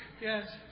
Yes